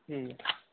ठीक ऐ